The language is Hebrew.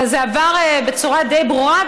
זה עבר בצורה די ברורה,